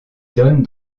donne